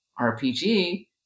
RPG